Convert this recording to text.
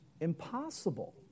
Impossible